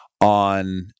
on